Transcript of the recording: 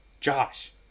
Josh